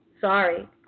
Sorry